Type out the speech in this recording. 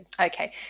okay